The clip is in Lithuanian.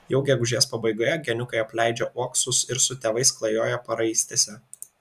jau gegužės pabaigoje geniukai apleidžia uoksus ir su tėvais klajoja paraistėse